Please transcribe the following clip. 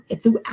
throughout